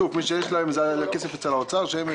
הכסף נמצא אצל האוצר.